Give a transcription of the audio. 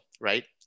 right